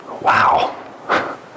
Wow